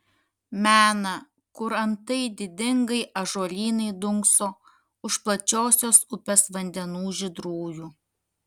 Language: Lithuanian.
mena kur antai didingai ąžuolynai dunkso už plačiosios upės vandenų žydrųjų